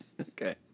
Okay